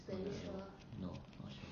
no that no no not sure